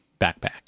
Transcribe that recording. backpack